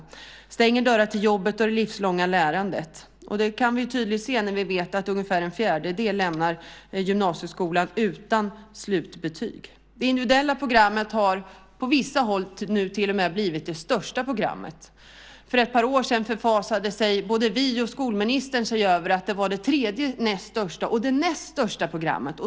Den stänger dörrar till jobbet och det livslånga lärandet. Det kan vi tydligt se när vi vet att ungefär en fjärdedel lämnar gymnasieskolan utan slutbetyg. Det individuella programmet har på vissa håll nu till och med blivit det största programmet. För ett par år sedan förfasade sig både vi och skolministern över att det var det tredje näst största och det näst största programmet.